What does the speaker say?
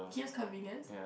Kim's Convenience